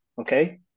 okay